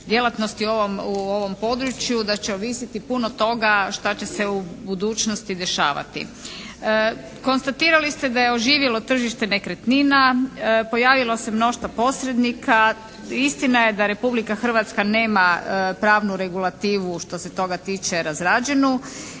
djelatnosti u ovom području da će ovisiti puno toga šta će se u budućnosti dešavati. Konstatirali ste da je oživjelo tržište nekretnina, pojavilo se mnoštvo posrednika. Istina je da Republika Hrvatska nema pravnu regulativu što se toga tiče razrađenu